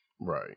Right